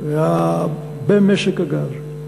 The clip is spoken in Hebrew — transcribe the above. במשק הגז.